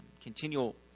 continual